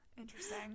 interesting